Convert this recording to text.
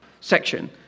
section